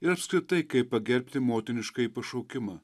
ir apskritai kaip pagerbti motiniškąjį pašaukimą